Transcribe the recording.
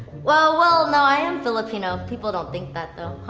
well, well no, i am filipino. people don't think that though.